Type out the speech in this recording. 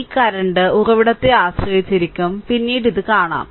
ഇത് കറന്റ് ഉറവിടത്തെ ആശ്രയിച്ചിരിക്കും പിന്നീട് ഇത് കാണും